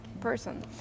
person